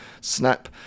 snap